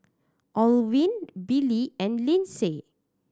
Olivine Billie and Lindsay